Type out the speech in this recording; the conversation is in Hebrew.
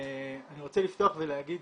אני רוצה לפתוח ולהגיד,